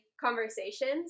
conversations